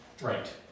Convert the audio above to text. right